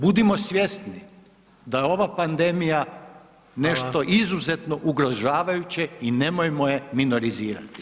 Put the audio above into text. Budimo svjesni da je ova pandemija [[Upadica: Hvala]] nešto izuzetno ugrožavajuće i nemojmo je minorizirati.